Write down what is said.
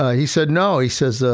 ah he said, no, he says, ah